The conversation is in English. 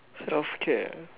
healthcare